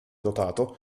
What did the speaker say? dotato